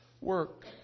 work